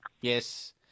Yes